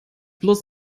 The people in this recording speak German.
bloß